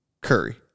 Curry